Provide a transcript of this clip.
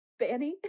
banny